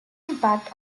impact